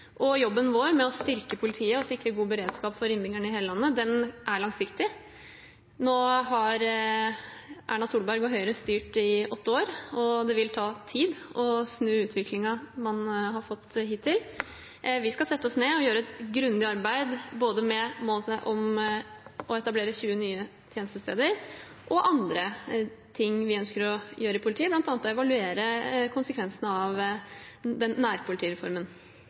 Jobben vår med å styrke politiet og sikre god beredskap for innbyggerne i hele landet er langsiktig. Nå har Erna Solberg og Høyre styrt i åtte år, og det vil ta tid å snu utviklingen man har hatt hittil. Vi skal sette oss ned og gjøre et grundig arbeid både med målet om å etablere 20 nye tjenestesteder og med andre ting vi ønsker å gjøre i politiet, bl.a. å evaluere konsekvensene av nærpolitireformen.